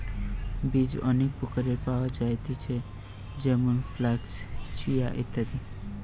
বীজ অনেক প্রকারের পাওয়া যায়তিছে যেমন ফ্লাক্স, চিয়া, ইত্যাদি